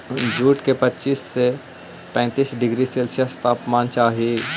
jute के पच्चीस से पैंतीस डिग्री सेल्सियस तापमान चाहहई